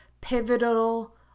pivotal